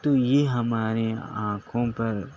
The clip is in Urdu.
تو یہ ہمارے آنکھوں پر